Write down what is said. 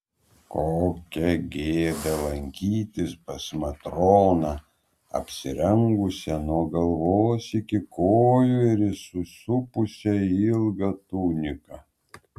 kokia gėda lankytis pas matroną apsirengusią nuo galvos iki kojų ir įsisupusią į ilgą tuniką